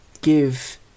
give